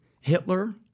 Hitler